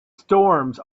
storms